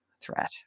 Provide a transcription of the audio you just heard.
threat